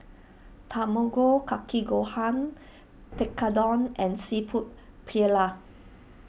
Tamago Kake Gohan Tekkadon and Seafood Paella